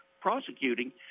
prosecuting